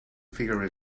figure